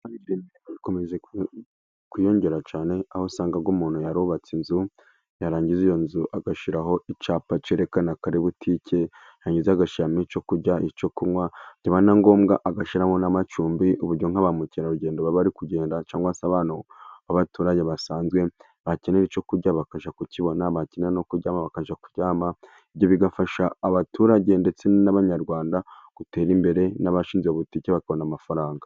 Kuyongera cyane aho usanga umuntu yarubatse inzu yarangiza, iyo nzu agashiraho icapa cerekana ko ari butike, yarangiza agashiramo icyo kurya, icyo kunywa byaba na ngombwa agashyiramo n' amacumbi, kuburyo nka ba mukerarugendo baba bari kugenda cyangwa se abaturage basanzwe bakenera icyo kurya bakajya ku kibonera makeya no kujyamo, bakajya kuryama ibyo bigafasha abaturage ndetse n' abanyarwanda gutera imbere n' abashinze butike bakabona amafaranga.